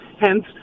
Hence